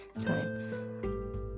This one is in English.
time